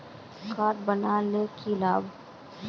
Card बना ले की लगाव?